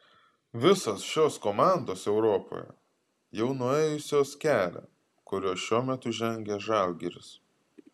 visos šios komandos europoje jau nuėjusios kelią kuriuo šiuo metu žengia žalgiris